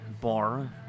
bar